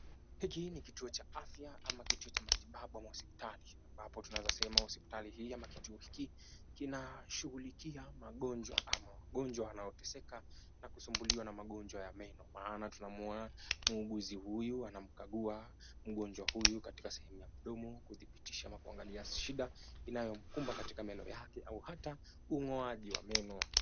Hiki ni kituo cha afya ama kituo cha matibabu ama hospitali, ambapo tunaweza sema hospitali hii ama kituo hiki kinashughulikia magonjwa ama wagonjwa wanaoteseka na kusumbuliwa na magonjwa ya meno. Maana tunamwona muuguzi huyu anamkagua mgonjwa huyu katika sehemu ya mdomo kudhibitisha ama kuangalia shida inayomkumba katika meno yake au hata ung'oaji wa meno.